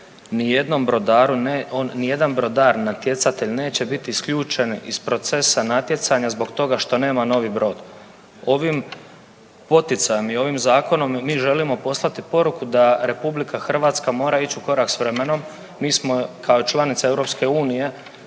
nijedan brodar natjecatelj neće biti isključen iz procesa natjecanja zbog toga što nema novi brod. Ovim poticajem i ovim zakonom mi želimo poslati poruku da RH mora ić u korak s vremenom. Mi smo kao članica EU,